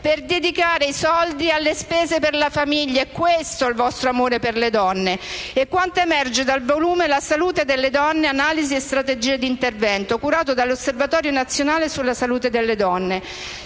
per dedicare i soldi alle spese per la famiglia. È questo il vostro amore per le donne. È quanto emerge dal volume «La salute delle donne: analisi e strategie di intervento», curato dall'Osservatorio nazionale sulla salute delle donne.